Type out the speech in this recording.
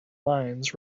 lines